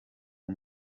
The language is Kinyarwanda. two